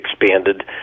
expanded